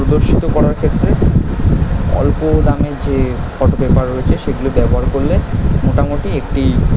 রসিদও করার ক্ষেত্রে অল্প দামের যে ফটো পেপার রয়েছে সেগুলো ব্যবহার করলে মোটামুটি একটি